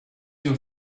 your